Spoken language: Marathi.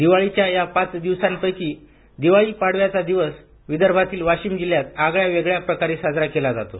दिवाळीच्या या पाच दिवसा पैकी दिवाळी पाडव्याचा दिवस विदर्भातील वाशिम जिल्ह्यात आगळ्या वेगळ्या प्रकारे साजरा केला जातो